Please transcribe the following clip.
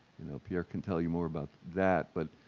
you know, pierre can tell you more about that. but,